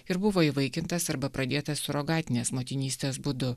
ir buvo įvaikintas arba pradėtas surogatinės motinystės būdu